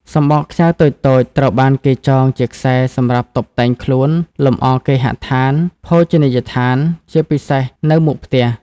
សំបកខ្ចៅតូចៗត្រូវបានគេចងជាខ្សែសម្រាប់តុបតែងខ្លួន លម្អគេហដ្ឋាន ភោជនិយដ្ឋាន ជាពិសេសនៅមុខផ្ទះ។